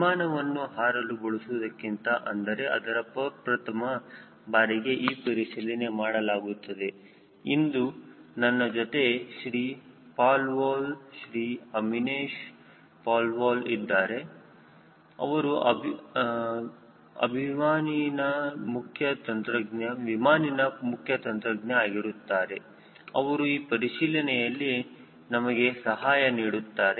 ವಿಮಾನವನ್ನು ಹಾರಲು ಬಳಸುವುದಕ್ಕಿಂತ ಅಂದರೆ ಅದರ ಪ್ರಪ್ರಥಮ ಬಾರಿಗೆ ಈ ಪರಿಶೀಲನೆ ಮಾಡಲಾಗುತ್ತದೆ ಇಂದು ನನ್ನ ಜೊತೆ ಶ್ರೀ ಪಾಲ್ ವಾಲ್ ಶ್ರೀ ಅನಿಮೇಶ್ ಪಾಲ್ ವಾಲ್ ಇದ್ದಾರೆ ಅವರು ಅಭಿಮಾನಿನಾ ಮುಖ್ಯ ತಂತ್ರಜ್ಞ ಆಗಿರುತ್ತಾರೆ ಅವರು ಈ ಪರಿಶೀಲನೆಯಲ್ಲಿ ನಮಗೆ ಸಹಾಯ ನೀಡುತ್ತಾರೆ